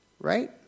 right